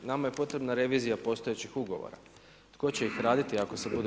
Nama je potrebna revizija postojećih ugovora, tko će ih raditi ako se budu